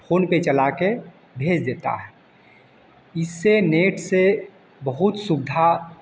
phone पर चला कर भेज देता है इससे नेट से बहुत सुवधा